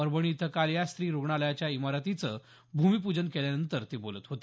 परभणी इथं काल या स्त्री रुग्णालयाच्या इमारतीचं भूमिपूजन केल्यानंतर ते बोलत होते